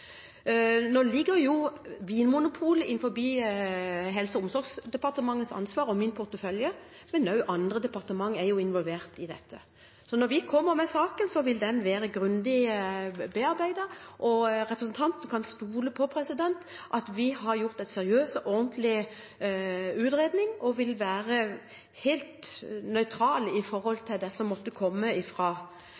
Nå ligger Vinmonopolet innenfor Helse- og omsorgsdepartementets ansvar og min portefølje, men også andre departementer er involvert i dette. Så når vi kommer med saken, vil den være grundig bearbeidet, og representanten kan stole på at vi har gjort en seriøs og ordentlig utredning og vil være helt